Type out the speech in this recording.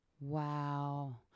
Wow